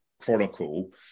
Chronicle